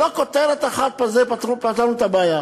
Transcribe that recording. ולא כותרת אחת ובזה פתרנו את הבעיה.